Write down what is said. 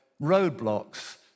roadblocks